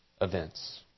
events